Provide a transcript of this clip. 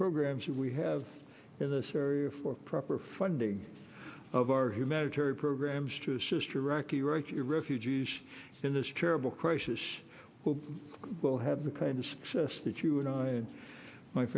programs that we have in this area for proper funding of our humanitarian programs to assist iraqi right to refugees in this terrible crisis will have the kind of success that you and i and my